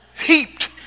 Heaped